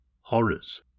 Horrors